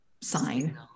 sign